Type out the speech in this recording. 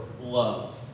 love